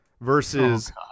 versus